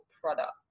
product